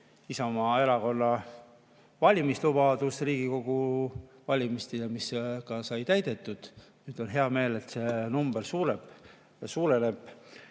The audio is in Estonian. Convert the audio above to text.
Isamaa Erakonna valimislubadus Riigikogu valimistel ja mis sai täidetud, nüüd on hea meel, et see number suureneb